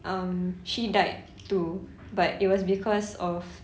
um she died too but it was because of